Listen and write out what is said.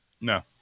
No